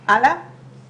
אלא גם פה בתוך הוועדה,